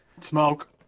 Smoke